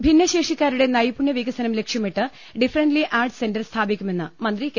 ഭിന്നശേഷിക്കാരുടെ നൈപുണ്യ വികസനം ലക്ഷ്യമിട്ട് ഡിഫ റന്റ്ലി ആർട്സ് സെന്റർ സ്ഥാപിക്കുമെന്ന് മന്ത്രി കെ